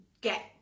get